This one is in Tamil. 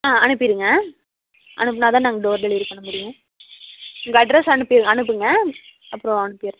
ஆ அனுப்பிடுங்க அனுப்பினாதான் நாங்கள் டோர் டெலிவரி பண்ண முடியும் உங்கள் அட்ரெஸ் அனுப்பி அனுப்புங்கள் அப்புறம் அனுப்பிடுறேன்